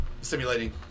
Simulating